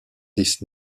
this